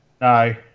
No